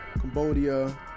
Cambodia